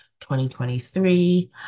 2023